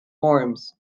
forms